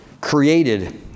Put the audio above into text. created